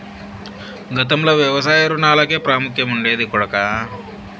గతంలో వ్యవసాయ రుణాలకే ప్రాముఖ్యం ఉండేది కొడకా